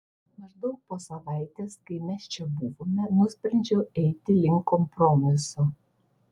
maždaug po savaitės kai mes čia buvome nusprendžiau eiti link kompromiso